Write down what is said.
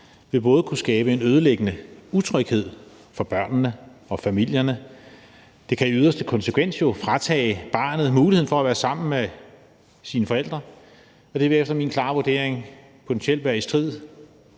vil både kunne skabe en ødelæggende utryghed for børnene og familierne, og det kan jo i yderste konsekvens fratage barnet muligheden for at være sammen med sine forældre, og det vil efter min klare vurdering potentielt, hvis